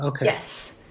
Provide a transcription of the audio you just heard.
Yes